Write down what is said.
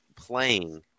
playing